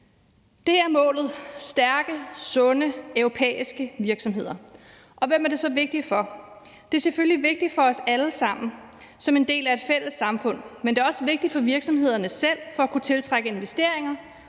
Det er målet: stærke, sunde europæiske virksomheder. Hvem er det så, det er vigtigt for? Det er selvfølgelig vigtigt for os alle sammen som en del af et fælles samfund. Men det er også vigtigt for virksomhederne selv for at kunne tiltrække investeringer